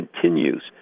continues